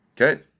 Okay